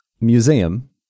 museum